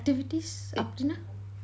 activities அப்பிடினா:apidina